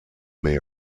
may